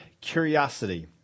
curiosity